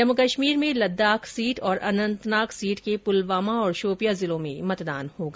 जम्मू कश्मीर में लद्दाख सीट तथा अनंतनाग सीट के पुलवामा और शोपियां जिलों में मतदान होगा